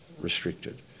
restricted